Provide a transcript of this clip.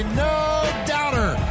no-doubter